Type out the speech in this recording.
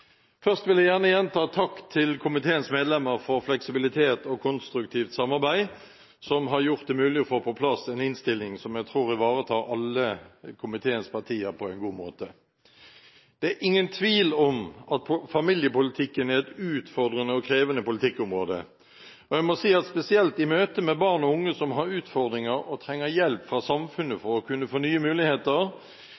Først vil jeg gjerne gjenta min takk til komiteens medlemmer for fleksibilitet og konstruktivt samarbeid, som har gjort det mulig å få på plass en innstilling som jeg tror ivaretar alle partiene i komiteen på en god måte. Det er ingen tvil om at familiepolitikken er et utfordrende og krevende politikkområde. Jeg må si at spesielt i møte med barn og unge som har utfordringer, og som trenger hjelp fra samfunnet